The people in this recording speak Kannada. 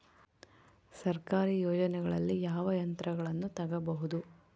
ಸರ್ಕಾರಿ ಯೋಜನೆಗಳಲ್ಲಿ ಯಾವ ಯಂತ್ರಗಳನ್ನ ತಗಬಹುದು?